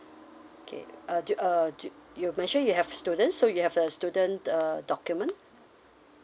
okay uh do uh do you've mentioned you have student so you have a student uh document